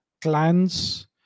clans